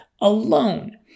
alone